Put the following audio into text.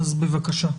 הבריאות,